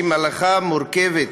היא מורכבת,